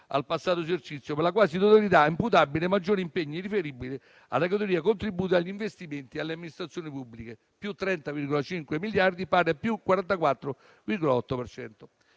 al passato di esercizio, per la quasi totalità imputabile ai maggiori impegni riferibili alla categoria "contributi agli investimenti alle Amministrazioni pubbliche" (+30,5 miliardi, pari a +44,8